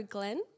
Glenn